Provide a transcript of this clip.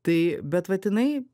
tai bet vat inai